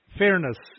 fairness